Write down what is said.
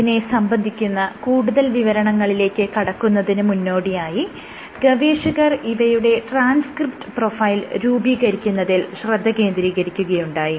ഇതിനെ സംബന്ധിക്കുന്ന കൂടുതൽ വിവരണങ്ങളിലേക്ക് കടക്കുന്നതിന് മുന്നോടിയായി ഗവേഷകർ ഇവയുടെ ട്രാൻസ്ക്രിപ്റ്റ് പ്രൊഫൈൽ രൂപീകരിക്കുന്നതിൽ ശ്രദ്ധ കേന്ദ്രീകരിക്കുകയുണ്ടായി